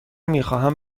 میخواهم